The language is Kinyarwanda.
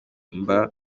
mba